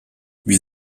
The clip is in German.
wir